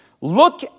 Look